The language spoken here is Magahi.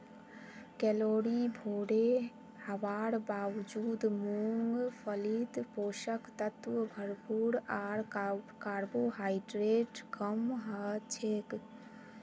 कैलोरी भोरे हवार बावजूद मूंगफलीत पोषक तत्व भरपूर आर कार्बोहाइड्रेट कम हछेक